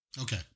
Okay